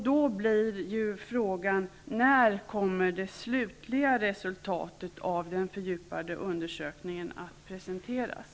Då blir frågan: När kommer det slutliga resultatet av den fördjupade undersökningen att presenteras?